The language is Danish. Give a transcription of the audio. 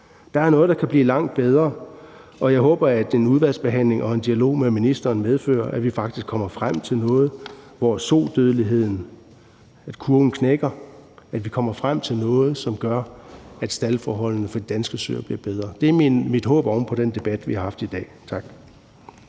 Der er noget, der kan blive langt bedre, og jeg håber, at udvalgsbehandlingen og dialogen med ministeren medfører, at vi faktisk kommer frem til noget, som gør, at kurven for sodødeligheden knækker, og at vi kommer frem til noget, som gør, at staldforholdene for de danske søer bliver bedre. Det er mit håb oven på den debat, vi har haft i dag. Tak.